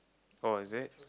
oh is it